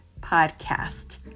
podcast